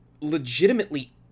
legitimately